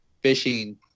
fishing